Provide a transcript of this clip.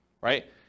right